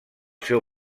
seu